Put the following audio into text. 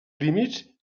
límit